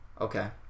okay